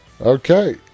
Okay